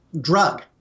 drug